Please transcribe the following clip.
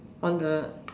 on the